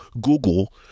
google